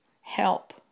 Help